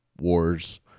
wars